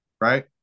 right